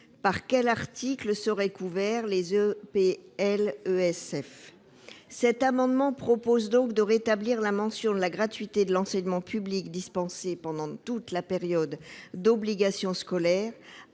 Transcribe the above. par quel article seraient couverts les EPLESF ?